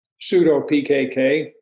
pseudo-PKK